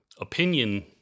opinion